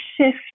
shift